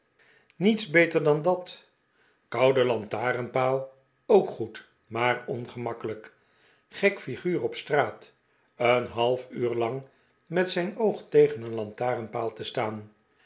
niets beter dan dat koude lantaarnpaal ook goed maar ongemakkelijk gek figuur op'straat een half uur langmet zijn oog tegen een lantaarnpaal te staan